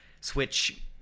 switch